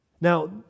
Now